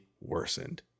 worsened